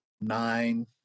nine